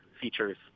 features